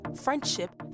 friendship